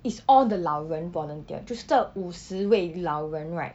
it's all the 老人 volunteered 就是这五十位老人 right